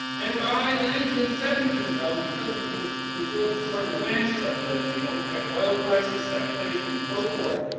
and by the nineteen seventy s though, because of a confluence of certain events, such as the opec oil crisis, stagflation and so forth,